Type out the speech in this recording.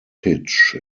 pitch